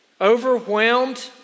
Overwhelmed